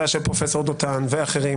פרופסור דותן ואחרים,